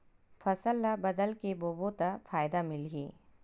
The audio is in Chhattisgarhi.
फसल ल बदल के बोबो त फ़ायदा मिलही?